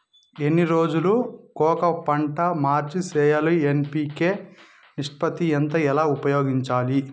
ఎన్ని రోజులు కొక పంట మార్చి సేయాలి ఎన్.పి.కె నిష్పత్తి ఎంత ఎలా ఉపయోగించాలి?